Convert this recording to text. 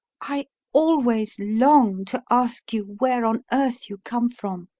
i always long to ask you where on earth you come from,